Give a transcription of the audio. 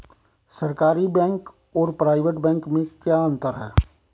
सरकारी बैंक और private bank में क्या क्या अंतर हैं?